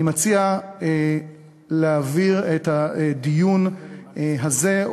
אני מציע להעביר את הדיון הזה,